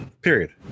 period